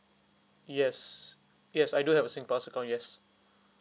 yes yes I do have a singpass account yes